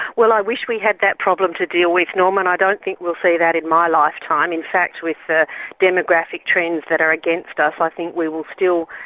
well i wish we had that problem to deal with norman, i don't think we'll see that in my lifetime and in fact with ah demographic trends that are against us i think we will still,